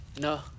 No